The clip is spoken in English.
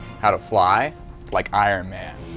how to fly like iron man